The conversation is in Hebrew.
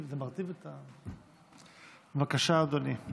בבקשה, אדוני.